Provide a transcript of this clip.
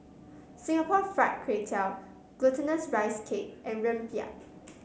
Singapore Fried Kway Tiao Glutinous Rice Cake and Rempeyek